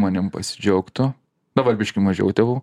manim pasidžiaugtų dabar biškį mažiau tėvų